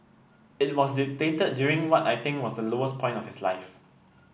it was dictated during what I think was the lowest point of his life